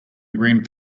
green